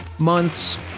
month's